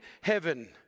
heaven